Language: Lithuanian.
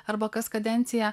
arba kas kadenciją